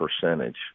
percentage